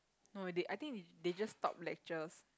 no they I think they just stop lectures